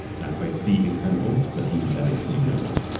not quite the incredibles, but even better than the incredibles.